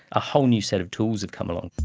a whole new set of tools have come along.